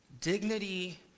dignity